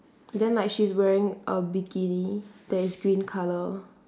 then like she's wearing a bikini that is green colour